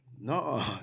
No